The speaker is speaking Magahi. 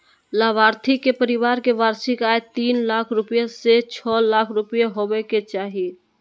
लाभार्थी के परिवार के वार्षिक आय तीन लाख रूपया से छो लाख होबय के चाही